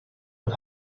but